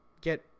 get